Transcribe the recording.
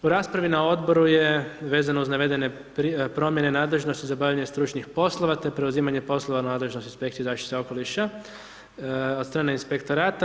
U raspravi na odboru je vezano uz navedene promjene nadležnosti zabavljanje stručnih poslova, te preuzimanje poslova nadležnosti inspekcije zaštite okoliša, od strane inspektorata.